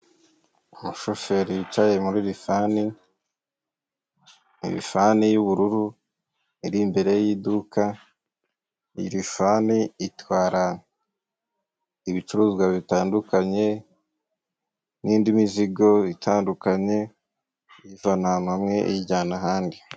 Umushoferi wicaye muri lifani, ni lifani y'ubururu iri imbere y'iduka, iyi lifani itwara ibicuruzwa bitandukanye n'indi mizigo itandukanye, iyivana ahantu hamwe iyijyana ahandi.